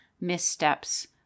missteps